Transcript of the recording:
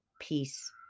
peace